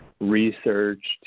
researched